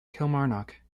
kilmarnock